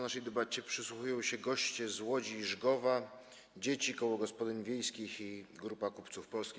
Naszej debacie przysłuchują się goście z Łodzi i Rzgowa, dzieci, koło gospodyń wiejskich i grupa kupców polskich.